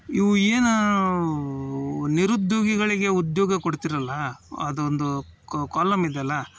ಇವು ಏನು ನಿರುದ್ಯೋಗಿಗಳಿಗೆ ಉದ್ಯೋಗ ಕೊಡ್ತೀರಲ್ಲ ಅದೊಂದು ಕಾಲಮ್ ಇದೆಯಲ್ಲ